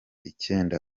icyenda